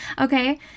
Okay